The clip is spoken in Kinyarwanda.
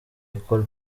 ecole